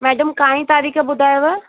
madam काईं तारीख़ ॿुधायव